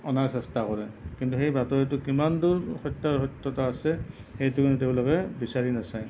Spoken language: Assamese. অনাৰ চেষ্টা কৰে কিন্তু সেই বাতৰিটোৰ কিমানদূৰ সত্য় আৰু সত্য়তা আছে সেইটো তেওঁলোকে বিচাৰি নাচায়